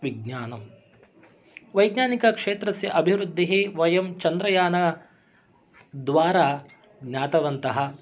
विज्ञानं वैज्ञानिकक्षेत्रस्य अभिवृद्धिः वयं चन्द्रयानद्वारा ज्ञातवन्तः